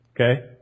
Okay